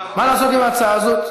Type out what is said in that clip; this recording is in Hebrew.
מה לעשות עם ההצעה הזאת?